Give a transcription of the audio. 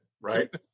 right